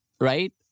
Right